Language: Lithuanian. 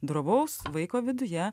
drovaus vaiko viduje